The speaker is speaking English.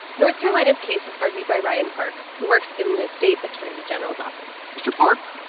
north carolina's case was argued by ryan park, who works in the state attorney general's office mr. park